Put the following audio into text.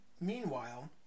Meanwhile